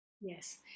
Yes